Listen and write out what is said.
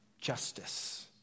Justice